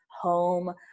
home